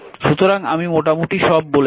সুতরাং আমি মোটামুটি সব বলেছি